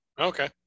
okay